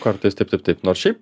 kartais taip taip taip nors šiaip